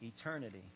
Eternity